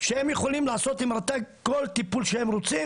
שהם יכולים לעשות רט"ג כל טיפול שהם רוצים,